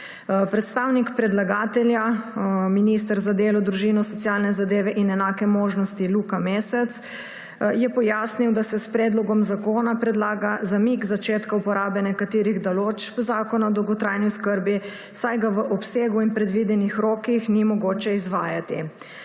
Predstavnik predlagatelja minister za delo, družino, socialne zadeve in enake možnosti Luka Mesec je pojasnil, da se s predlogom zakona predlaga zamik začetka uporabe nekaterih določb Zakona o dolgotrajni oskrbi, saj ga v obsegu in predvidenih rokih ni mogoče izvajati.